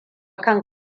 kan